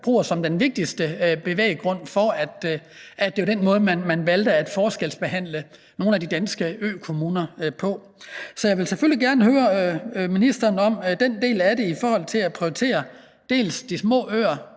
som den vigtigste bevæggrund for den måde, man valgte at forskelsbehandle de danske økommuner på. Så jeg vil selvfølgelig gerne høre ministeren om den del, der handler om at prioritere de små øer,